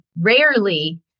rarely